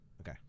Okay